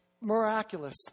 miraculous